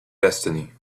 destiny